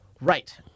right